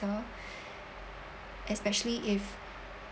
especially if